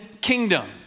kingdom